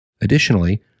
Additionally